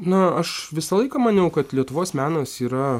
na aš visą laiką maniau kad lietuvos menas yra